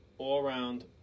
all-around